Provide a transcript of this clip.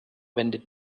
wendet